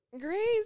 Grace